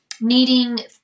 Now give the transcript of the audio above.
needing